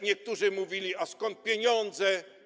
Niektórzy mówili, a skąd pieniądze.